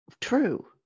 True